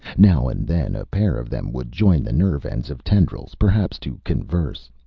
now and then a pair of them would join the nerve-ends of tendrils, perhaps to converse.